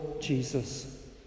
jesus